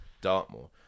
Dartmoor